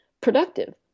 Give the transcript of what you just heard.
productive